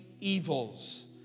evils